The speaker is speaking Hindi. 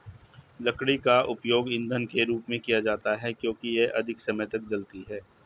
लकड़ी का उपयोग ईंधन के रूप में किया जाता है क्योंकि यह अधिक समय तक जलती है